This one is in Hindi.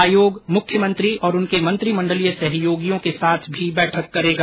आयोग मुख्यमंत्री और उनके मंत्रिमंडलीय सहयोगियों के साथ भी बैठक करेगा